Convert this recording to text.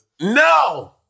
No